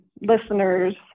listeners